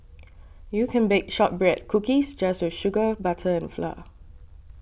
you can bake Shortbread Cookies just with sugar butter and flour